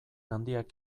handiak